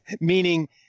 meaning